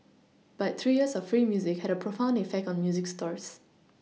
but three years of free music had a profound effect on music stores